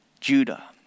Judah